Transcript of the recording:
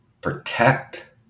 protect